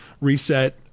reset